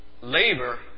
labor